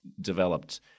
developed